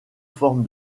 forme